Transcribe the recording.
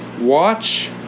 watch